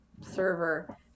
server